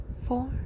four